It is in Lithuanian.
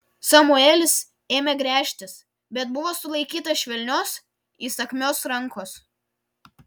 samuelis ėmė gręžtis bet buvo sulaikytas švelnios įsakmios rankos